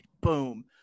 Boom